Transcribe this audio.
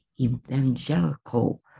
evangelical